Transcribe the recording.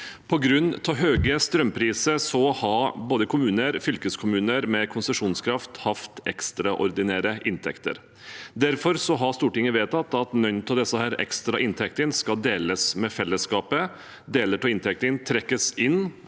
På grunn av høye strømpriser har både kommuner og fylkeskommuner med konsesjonskraft hatt ekstraordinære inntekter. Derfor har Stortinget vedtatt at noen av disse ekstra inntektene skal deles med fellesskapet. Deler av inntektene trekkes inn